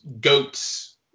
goats